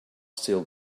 still